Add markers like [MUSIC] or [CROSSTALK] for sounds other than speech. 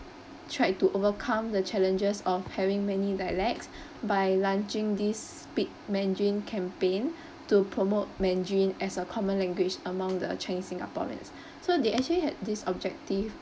tried to overcome the challenges of having many dialects [BREATH] by launching this speak mandarin campaign [BREATH] to promote mandarin as a common language among the chinese singaporeans [BREATH] so they actually had this objective